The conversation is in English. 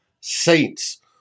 Saints